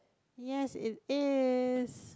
yes it is